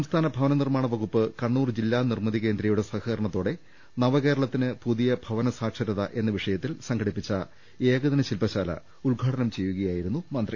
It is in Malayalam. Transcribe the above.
സം സ്ഥാന ഭവന നിർമാണ വകുപ്പ് കണ്ണൂർ ജില്ലാ നിർമിതി കേന്ദ്രയു ടെ സഹകരണത്തോടെ നവകേരളത്തിന് പുതിയ ഭവന സാക്ഷര ത എന്ന വിഷയത്തിൽ സംഘടിപ്പിച്ച ഏകദിന ശില്പശാല ഉദ് ഘാടനം ചെയ്യുകയായിരുന്നു മന്ത്രി